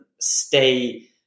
stay